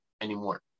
anymore